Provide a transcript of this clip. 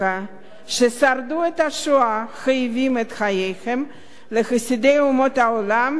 השואה חייבים את חייהם לחסידי אומות העולם שהצילו אותם